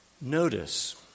Notice